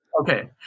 Okay